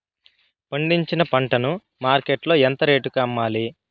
పండించిన పంట ను మార్కెట్ లో ఎంత రేటుకి అమ్మాలి?